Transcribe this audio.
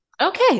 Okay